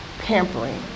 pampering